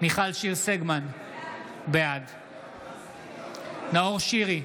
מיכל שיר סגמן, בעד נאור שירי,